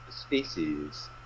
species